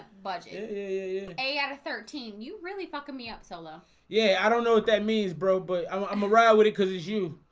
but and thirteen you really fucking me up solo yeah, i don't know what that means bro, but i'm i'm around with it cuz you